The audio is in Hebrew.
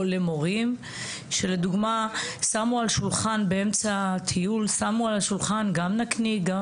למורים שלדוגמה שמו על שולחן באמצע הטיול גם נקניק,